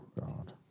god